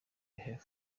health